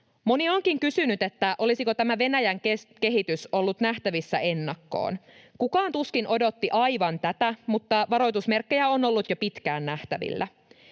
Moni onkin kysynyt, että olisiko tämä Venäjän kehitys ollut nähtävissä ennakkoon. Kukaan tuskin odotti aivan tätä, mutta varoitusmerkkejä on ollut jo pitkään nähtävillä.